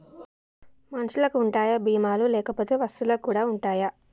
మనుషులకి ఉంటాయా బీమా లు లేకపోతే వస్తువులకు కూడా ఉంటయా?